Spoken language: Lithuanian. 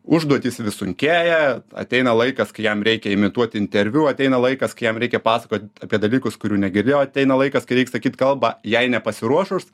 užduotys vis sunkėja ateina laikas kai jam reikia imituoti interviu ateina laikas kai jam reikia pasakot apie dalykus kurių negirdėjo ateina laikas kai reik sakyt kalbą jai nepasiruošus